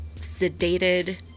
sedated